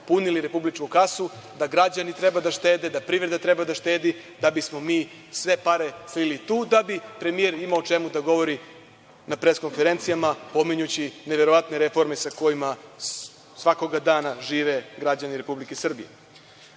punili republičku kasu, da građani treba da štede, da privreda treba da štedi da bismo mi sve pare slili tu, da bi premijer imao o čemu da govori na pres-konferencijama, pominjući neverovatne reforme sa kojima svakog dana žive građani Republike Srbije.U